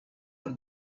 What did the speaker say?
are